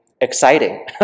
exciting